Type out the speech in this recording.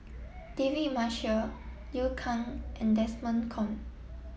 David Marshall Liu Kang and Desmond Kon